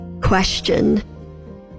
question